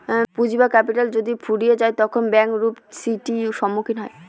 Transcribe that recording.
পুঁজি বা ক্যাপিটাল যদি ফুরিয়ে যায় তখন ব্যাঙ্ক রূপ টি.সির সম্মুখীন হয়